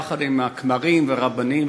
יחד עם הכמרים והרבנים,